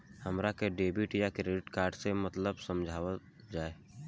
हमरा के डेबिट या क्रेडिट कार्ड के मतलब समझावल जाय?